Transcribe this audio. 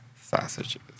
sausages